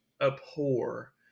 abhor –